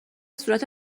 صورت